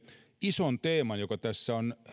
ison teeman joka täällä on